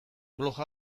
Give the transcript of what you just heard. blog